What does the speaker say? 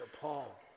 Paul